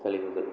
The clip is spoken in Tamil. கழிவுகள்